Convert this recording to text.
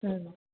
ம்